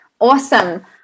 Awesome